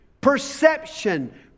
Perception